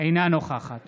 אינה נוכחת